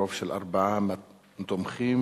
ברוב של ארבעה תומכים,